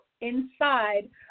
inside